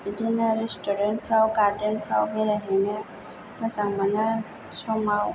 बिदिनो रेस्टुरेन्टफ्राव गार्देनफ्राव बेरायहैनो मोजां मोनो समाव